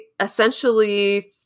essentially